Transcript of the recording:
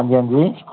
हां जी हां जी